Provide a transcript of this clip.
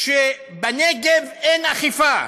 שבנגב אין אכיפה.